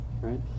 right